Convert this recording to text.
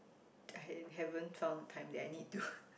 I had haven't found a time that I need to